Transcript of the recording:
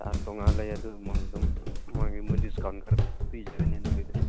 charge ꯇꯣꯉꯥꯟꯅ ꯂꯩ ꯑꯗꯨ ꯃꯣꯏ ꯑꯗꯨꯝ ꯃꯣꯏꯒꯤ ꯗꯤꯁꯀꯥꯎꯟ ꯈꯔ ꯄꯤꯖꯒꯅꯤ ꯑꯗꯨꯒꯤꯗꯤ